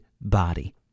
body